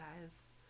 guys